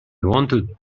wanted